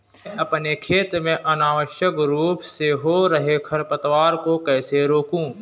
मैं अपने खेत में अनावश्यक रूप से हो रहे खरपतवार को कैसे रोकूं?